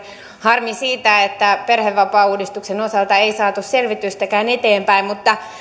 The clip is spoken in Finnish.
harmi siitä että perhevapaauudistuksen osalta ei saatu selvitystäkään eteenpäin mutta